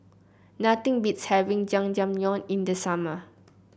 nothing beats having Jajangmyeon in the summer